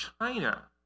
China